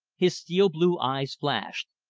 his steel-blue eyes flashed,